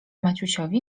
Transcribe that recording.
maciusiowi